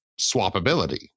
swappability